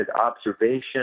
observation